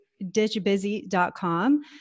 Ditchbusy.com